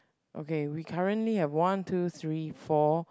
okay we currently have one two three four